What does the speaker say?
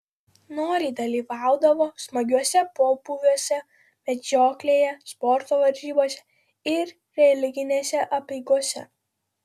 noriai dalyvaudavo smagiuose pobūviuose medžioklėje sporto varžybose ir religinėse apeigose